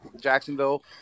Jacksonville